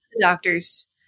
doctors